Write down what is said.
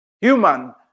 human